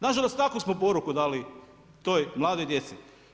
Nažalost takvu smo poruku dali toj mladoj djeci.